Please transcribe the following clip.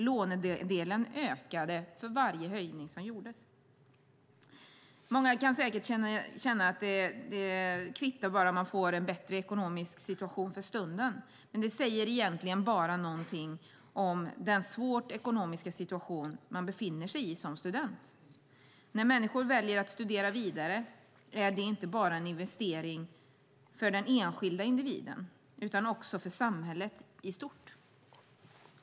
Lånedelen ökade nämligen för varje höjning som gjordes. Många kan säkert känna att det kvittar bara man kan få en bättre ekonomisk situation för stunden, men det säger egentligen bara någonting om den svåra ekonomiska situation man befinner sig i som student. När människor väljer att studera vidare är det en investering inte bara för den enskilda individen utan också för samhället i stort.